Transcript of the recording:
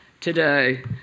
today